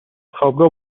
خوابگاه